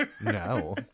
No